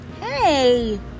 Hey